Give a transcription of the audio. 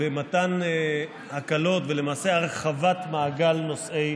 במתן הקלות, ולמעשה בהרחבת מעגל נושאי